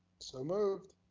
so moved.